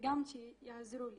וגם שיעזרו לי.